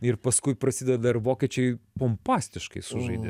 ir paskui prasideda ir vokiečiai pompastiškai sužaidė